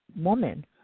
woman